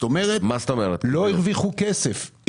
כלומר לא הרוויחו כסף.